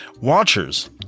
Watchers